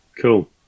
Cool